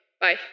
Bye